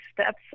steps